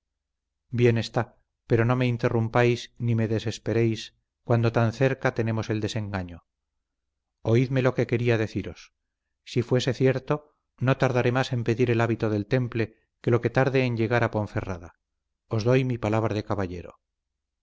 está pero no me interrumpáis ni me desesperéis cuando tan cerca tenemos el desengaño oídme lo que quería deciros si fuese cierto no tardaré más en pedir el hábito del temple que lo que tarde en llegar a ponferrada os doy mi palabra de caballero